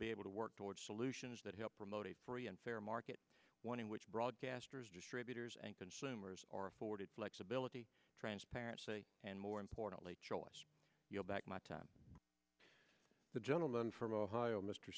be able to work towards solutions that help promote a free and fair market one in which broadcasters distributors and consumers are afforded flexibility transparency and more importantly choice you know back my time the gentleman from ohio mr